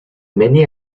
many